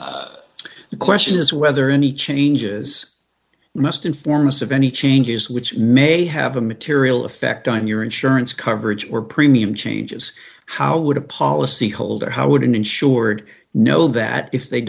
into the question is whether any changes must inform us of any changes which may have a material effect on your insurance coverage or premium changes how would a policy holder how would an insured know that if they